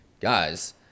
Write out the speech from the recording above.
Guys